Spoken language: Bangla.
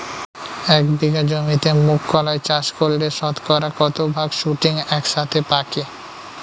এক বিঘা জমিতে মুঘ কলাই চাষ করলে শতকরা কত ভাগ শুটিং একসাথে পাকে?